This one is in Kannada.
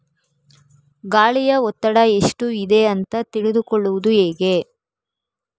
ಗಾಳಿಯ ಒತ್ತಡ ಎಷ್ಟು ಇದೆ ಅಂತ ತಿಳಿದುಕೊಳ್ಳುವುದು ಹೇಗೆ?